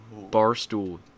Barstool